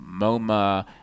MoMA